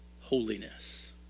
holiness